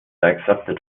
accepted